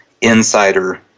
Insider